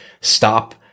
stop